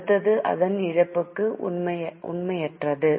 அடுத்தது அதன் இழப்புக்கு உண்மையற்றது